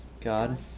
God